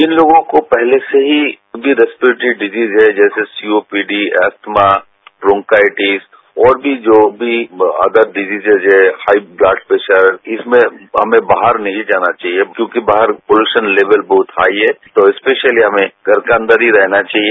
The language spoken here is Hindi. जिन लोगों को पहले से ही रेस्पिरेटरी डिसीज है जैसेसीओपीडी अस्थमा ब्रोंकाइटिस और भी जो भी अदर डिसीजिस है हाई ब्लड प्रेशर इसमेंहमें बाहर नहीं जाना चाहिए क्योंकि बाहर पॉल्यूशन लेवल बहुत हाई है तो स्पेशलीहमें घर के अंदर ही रहना चाहिए